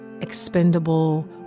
expendable